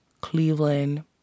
Cleveland